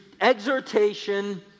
exhortation